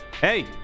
Hey